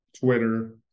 Twitter